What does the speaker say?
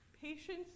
patience